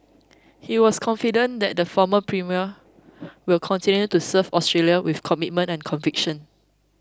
he was confident that the former premier will continue to serve Australia with commitment and conviction